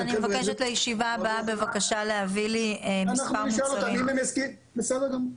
לישיבה הבאה אני מבקשת להביא לי מספר מוצרים --- בסדר גמור.